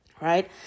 right